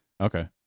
okay